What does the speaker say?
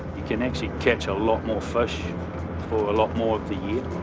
you can actually catch a lot more fish for a lot more of the